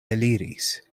eliris